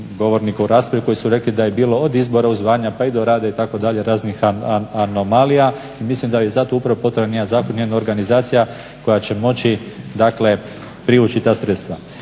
govornika u raspravi koji su rekli da je bilo od izbora u zvanja, pa i do rada itd. raznih anomalija. Mislim da je za to upravo potreban jedan zakon, jedna organizacija koja će moći dakle privući ta sredstva.